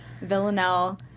Villanelle